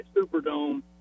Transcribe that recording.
superdome